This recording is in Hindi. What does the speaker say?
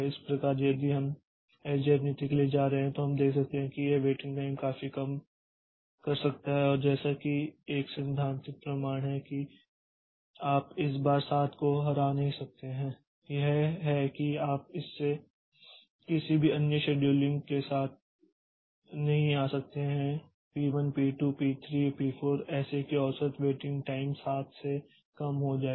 इस प्रकार यदि हम एसजेएफ नीति के लिए जा रहे हैं तो हम देख सकते हैं कि यह वेटिंग टाइम काफी कम कर सकता है और जैसा कि एक सैद्धांतिक प्रमाण है कि आप इस बार 7 को हरा नहीं सकते हैं यह है कि आप इस के किसी भी अन्य शेड्यूलिंग के साथ नहीं आ सकते हैं पी1 पी2 पी3 पी4 ऐसे कि औसत वेटिंग टाइम 7 से कम हो जाए